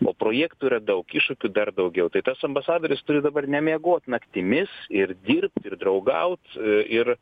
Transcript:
o projektų yra daug iššūkių dar daugiau tai tas ambasadorius turi dabar nemiegot naktimis ir dirbt ir draugaut a ir